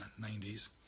90s